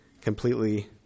Completely